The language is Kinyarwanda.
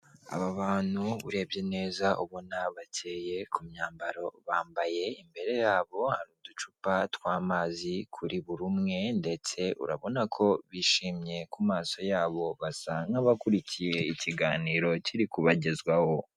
Aba bantu urebye neza ubona bakeye ku myambaro bambaye, imbere yabo hari uducupa tw'amazi kuri buri umwe, ndetse urabona ko bishimye ku maso yabo, basa nk'abakurikiye ikiganiro kiri kubagezwaho.